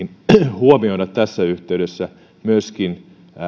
huomioida tässä yhteydessä myöskin